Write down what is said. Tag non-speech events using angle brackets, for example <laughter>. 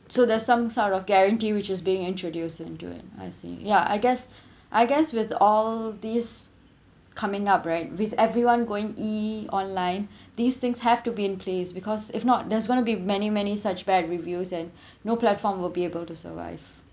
so there's some sort of guarantee which is being introduced into it I see ya I guess <breath> I guess with all these coming up right with everyone going E_ online <breath> these things have to be in place because if not there's going to be many many such bad reviews and <breath> no platform will be able to survive